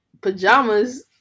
pajamas